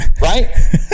Right